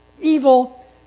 evil